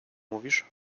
mówisz